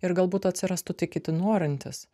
ir galbūt atsirastų tie kiti norintys